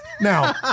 Now